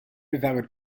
valid